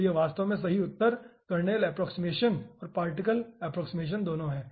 तो यह वास्तव में सही उत्तर कर्नेल अप्प्रोक्सिमेशन और पार्टिकल अप्प्रोक्सिमेशन दोनों है